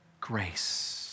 grace